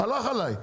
הלך עליו.